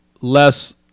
less